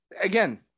again